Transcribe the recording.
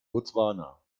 botswana